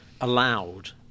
allowed